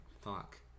fuck